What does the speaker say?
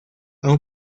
aun